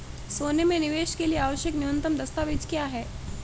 सोने में निवेश के लिए आवश्यक न्यूनतम दस्तावेज़ क्या हैं?